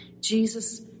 Jesus